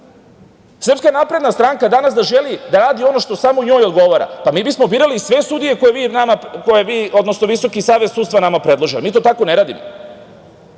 Srpska napredna stranka danas da želi da radi ono što samo njoj odgovara, pa mi bismo birali sve sudije koje Visoki savet sudstva nama predloži. Mi to tako ne radimo.